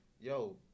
yo